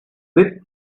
whip